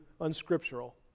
unscriptural